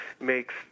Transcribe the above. makes